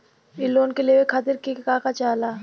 इ लोन के लेवे खातीर के का का चाहा ला?